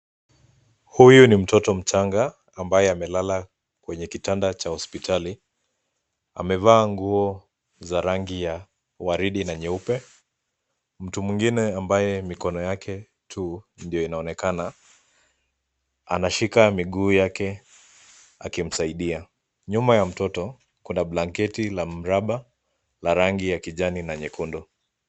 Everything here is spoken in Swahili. Huyu ni mtoto mchanga ambaye amelala kwenye kitanda cha hospitali. Amevaa nguo za rangi ya waridi na nyeupe. mtu mwingine ambaye mikono yake tu ndo inaonekana anashika miguu yake akimsaidia. nyuma ya mtoto kuna blanketi la mraba la rangi ya kijani na nyekundu.